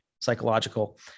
psychological